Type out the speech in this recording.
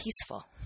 peaceful